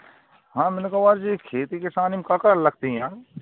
हाँ मैंने कहवार जी खेती किसानी में का का लगतीयाँ